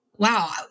wow